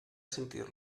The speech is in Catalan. sentir